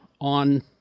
on